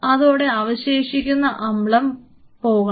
അതോടെ അവശേഷിക്കുന്ന അമ്ലം പോകണം